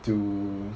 to